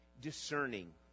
discerning